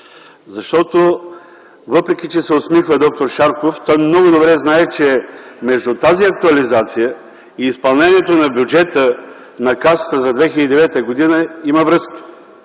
2009 г. Въпреки, че се усмихва д-р Шарков, той много добре знае, че между тази актуализация и изпълнението на бюджета на Касата за 2009 г. има връзка.